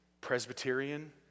Presbyterian